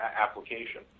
application